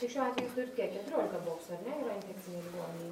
tai šiuo atveju jūs turit kiek keturiolika boksų ar ne yra infekcinėj ligoninėj